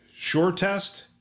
SureTest